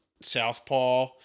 southpaw